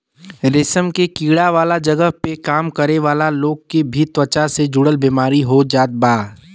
रेशम के कीड़ा वाला जगही पे काम करे वाला लोग के भी त्वचा से जुड़ल बेमारी हो जात बा